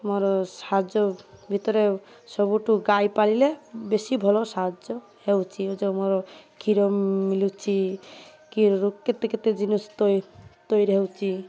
ମୋର ସାହାଯ୍ୟ ଭିତରେ ସବୁଠୁ ଗାଈ ପାଳିଲେ ବେଶୀ ଭଲ ସାହାଯ୍ୟ ହେଉଛି ଯେଉଁ ମୋର କ୍ଷୀର ମିଳୁଛି କ୍ଷୀରରୁ କେତେ କେତେ ଜିନିଷ ତିଆରି ହେଉଛି